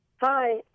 Hi